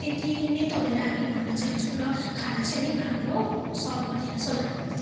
त्यति नै तपाईँहरूलाई हामी भन्न चाहन्छौँ र खाना चाहिँ अलिक राम्रो सर्भ गरिदिनुहोस् होला